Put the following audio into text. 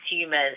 consumers